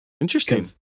interesting